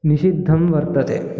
निषिद्धं वर्तते